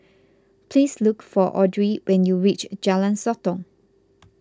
please look for Audrey when you reach Jalan Sotong